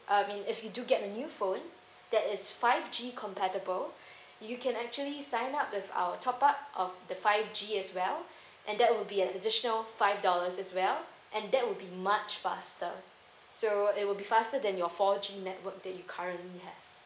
uh I mean if you do get a new phone that is five G compatible you can actually sign up with our top up of the five G as well and that will be an additional five dollars as well and that would be much faster so it will be faster than your four G network that you currently have